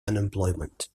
unemployment